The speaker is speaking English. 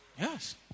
Yes